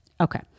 Okay